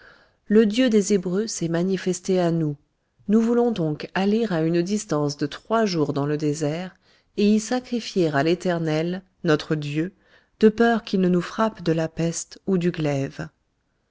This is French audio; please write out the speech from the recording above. le dieu des hébreux s'est manifesté à nous nous voulons donc aller à une distance de trois jours dans le désert et y sacrifier à l'éternel notre dieu de peur qu'il ne nous frappe de la peste ou du glaive